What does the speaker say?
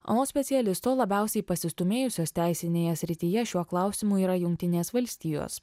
anot specialisto labiausiai pasistūmėjusios teisinėje srityje šiuo klausimu yra jungtinės valstijos